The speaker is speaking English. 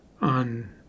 on